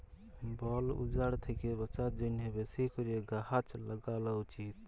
বল উজাড় থ্যাকে বাঁচার জ্যনহে বেশি ক্যরে গাহাচ ল্যাগালো উচিত